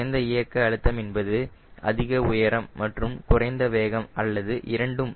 குறைந்த இயக்க அழுத்தம் என்பது அதிக உயரம் மற்றும் குறைந்த வேகம் அல்லது இரண்டும்